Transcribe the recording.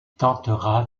tentera